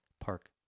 park